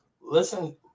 listen